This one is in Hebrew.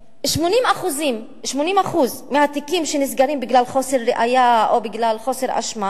80% מהתיקים שנסגרים בגלל חוסר ראיה או בגלל חוסר אשמה